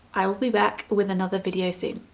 i will be back with another video soon.